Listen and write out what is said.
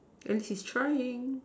at least he's trying